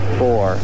four